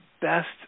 best